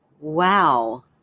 Wow